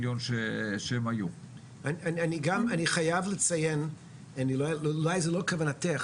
אבל זה לא הגיוני לצמצם את תחום החינוך